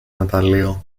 μεταλλείο